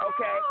okay